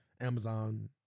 Amazon